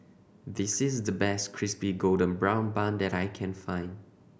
this is the best Crispy Golden Brown Bun that I can find